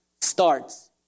starts